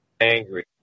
angry